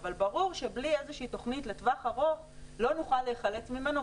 אבל ברור שבלי איזושהי תוכנית לטווח ארוך לא נוכל להיחלץ ממנו,